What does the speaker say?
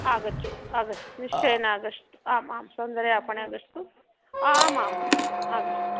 आगच्छतु आगच्छतु निश्चयेन आगच्छतु आम् आं सौन्दर्यस्य आपणम् आगच्छतु आमाम् आगच्छतु